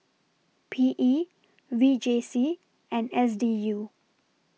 P E V J C and S D U